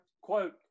Quote